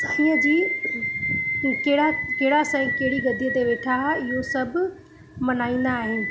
साईंअ जी कहिड़ा कहिड़ा साईं कहिड़ी गदीअ ते वेठा इहो सभु मनाईंदा आहिनि